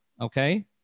okay